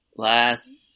Last